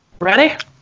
ready